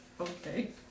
Okay